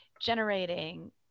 generating